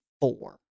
four